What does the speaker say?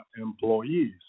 employees